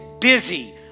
busy